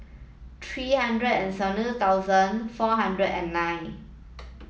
three hundred and seventy two thousand four hundred and nine